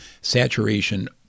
saturation